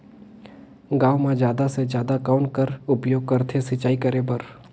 गांव म जादा से जादा कौन कर उपयोग करथे सिंचाई करे बर?